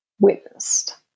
witnessed